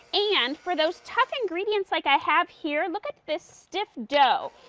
and for those tough ingredients like i have here, look at this stiff dough.